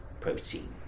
protein